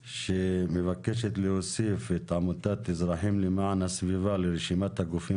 שמבקשת להוסיף את עמותת אזרחים למען הסביבה לרשימת הגופים